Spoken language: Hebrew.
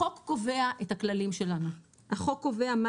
החוק קובע את הכללים שלנו, החוק קובע מה